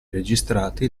registrati